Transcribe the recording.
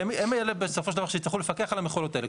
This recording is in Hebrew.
הן אלה שבסופו של דבר שיצטרכו לפקח על המכולות האלה.